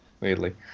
weirdly